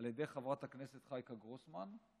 על ידי חברת הכנסת חייקה גרוסמן,